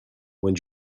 when